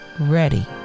ready